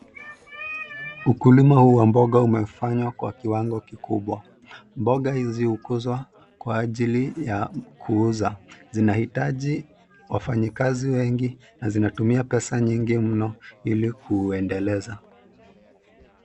Ukulima huu wa mboga umefanywa kwa kiwango kikubwa. Mboga hizi hukuzwa kwa ajili ya kuuza. Zinahitaji wafanyikazi wengi na zinatumia pesa nyingi mno ili kuuendeleza.